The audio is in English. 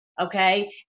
Okay